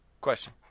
Question